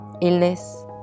Illness